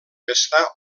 està